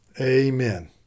Amen